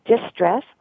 distress